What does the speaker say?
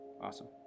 Awesome